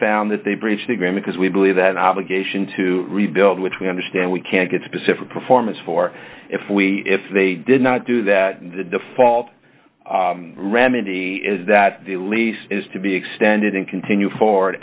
found that they breached the grammy because we believe that obligation to rebuild which we understand we can't get specific performance for if we if they did not do that the default remedy is that the lease is to be extended and continue for